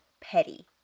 Petty